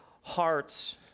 hearts